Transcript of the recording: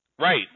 Right